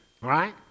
right